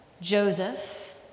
Joseph